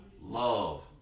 love